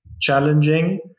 challenging